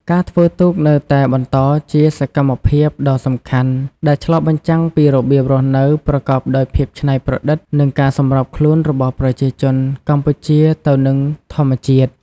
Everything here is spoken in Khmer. ការធ្វើទូកនៅតែបន្តជាសកម្មភាពដ៏សំខាន់ដែលឆ្លុះបញ្ចាំងពីរបៀបរស់នៅប្រកបដោយភាពច្នៃប្រឌិតនិងការសម្របខ្លួនរបស់ប្រជាជនកម្ពុជាទៅនឹងធម្មជាតិ។